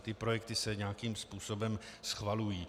Ty projekty se nějakým způsobem schvalují.